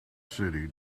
city